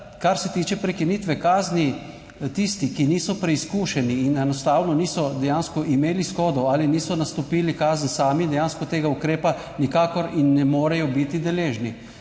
kar se tiče prekinitve kazni, tisti, ki niso preizkušeni in enostavno niso dejansko imeli shodov ali niso nastopili kazen sami, dejansko tega ukrepa nikakor in ne morejo biti deležni.